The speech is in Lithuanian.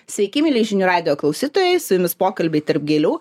sveiki mieli žinių radijo klausytojai su jumis pokalbiai tarp gėlių